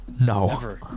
No